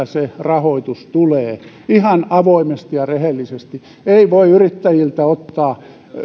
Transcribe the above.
se rahoitus tulee ihan avoimesti ja rehellisesti ei voi yrittäjiltä ottaa